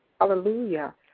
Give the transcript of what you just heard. Hallelujah